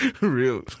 Real